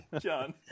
John